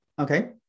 Okay